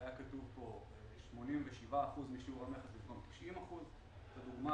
היה כתוב 87% משיעור המכס במקום 90%. זה דוגמה